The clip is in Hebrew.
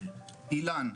איל"ן,